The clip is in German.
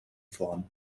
vorn